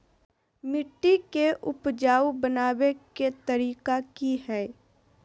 मिट्टी के उपजाऊ बनबे के तरिका की हेय?